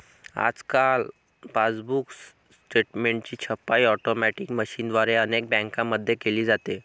आजकाल पासबुक स्टेटमेंटची छपाई ऑटोमॅटिक मशीनद्वारे अनेक बँकांमध्ये केली जाते